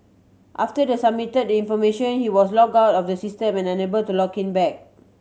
after the submit the information he was log out of the system and unable to log in back